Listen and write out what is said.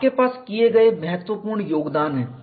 आपके पास किए गए महत्वपूर्ण योगदान हैं